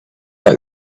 back